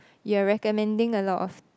you're recommending a lot of